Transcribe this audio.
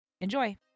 Enjoy